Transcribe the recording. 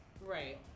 Right